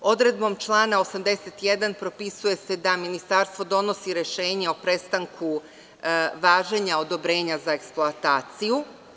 Odredbom člana 81. propisuje se da ministarstvo donosi rešenje o prestanku važenja odobrenja za eksploataciju.